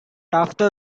after